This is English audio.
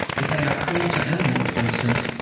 if they are cruel to animals, for instance,